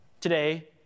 Today